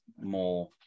more